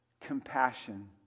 Compassion